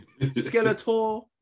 Skeletor